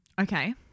Okay